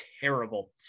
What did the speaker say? terrible